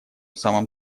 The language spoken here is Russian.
самом